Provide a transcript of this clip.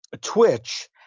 Twitch